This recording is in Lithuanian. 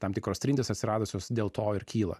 tam tikros trintys atsiradusios dėl to ir kyla